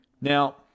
Now